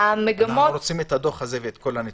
אנחנו רוצים את הדוח הזה ואת כל הנתונים.